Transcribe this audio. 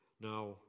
Now